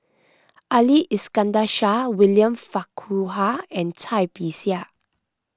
Ali Iskandar Shah William Farquhar and Cai Bixia